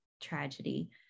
tragedy